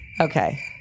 Okay